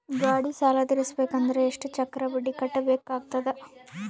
ಗಾಡಿ ಸಾಲ ತಿರಸಬೇಕಂದರ ಎಷ್ಟ ಚಕ್ರ ಬಡ್ಡಿ ಕಟ್ಟಬೇಕಾಗತದ?